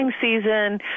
season